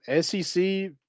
SEC